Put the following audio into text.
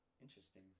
Interesting